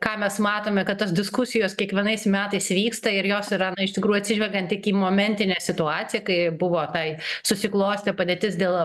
ką mes matome kad tos diskusijos kiekvienais metais vyksta ir jos yra na iš tikrųjų atsižvelgiant tik į momentinę situaciją kai buvo taip susiklostė padėtis dėl